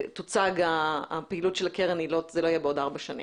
שתוצג הפעילות של הקרן זה לא יהיה בעוד ארבע שנים.